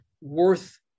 worth